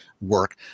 Work